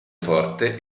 forte